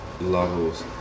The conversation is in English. levels